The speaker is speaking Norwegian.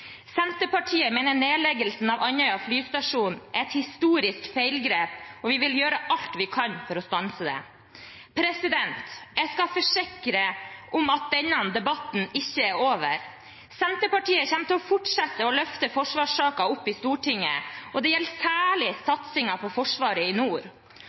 Senterpartiet mener nedleggelsen av Andøya flystasjon er et historisk feilgrep, og vi vil gjøre alt vi kan for å stanse det. Jeg kan forsikre om at denne debatten ikke er over. Senterpartiet kommer til å fortsette å løfte forsvarssaker opp i Stortinget, og det gjelder særlig satsingen på forsvaret i nord.